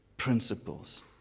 principles